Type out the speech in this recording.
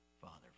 Father